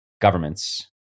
governments